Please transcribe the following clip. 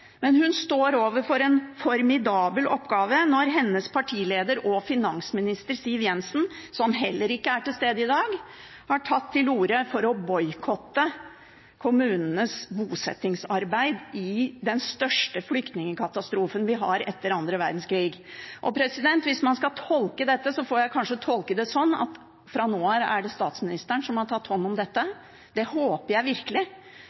Men hun står overfor en formidabel oppgave når hennes partileder og finansminister Siv Jensen, som heller ikke er til stede i dag, har tatt til orde for å boikotte kommunenes bosettingsarbeid i den største flyktningkatastrofen vi har etter annen verdenskrig. Hvis man skal tolke dette, får jeg kanskje tolke det sånn at fra nå av er det statsministeren som har tatt hånd om dette. Det håper jeg virkelig,